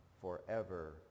forever